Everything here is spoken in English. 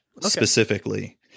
specifically